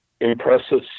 impressive